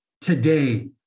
today